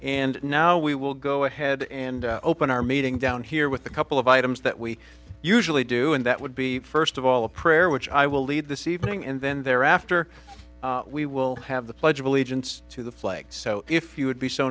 and now we will go ahead and open our meeting down here with a couple of items that we usually do and that would be first of all a prayer which i will lead this evening and then thereafter we will have the pledge of allegiance to the flag so if you would be so